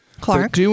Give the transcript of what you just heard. Clark